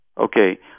Okay